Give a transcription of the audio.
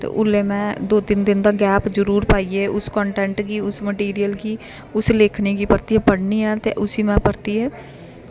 ते ओल्लै में दो तिन्न दिन दा गैप जरूर पाइयै उस कंटेंट गी उस मटेरियल गी उस लेखनी गी परतियै पढ़नी आं ते उसी में परतियै